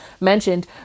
mentioned